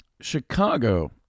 Chicago